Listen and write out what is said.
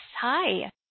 Hi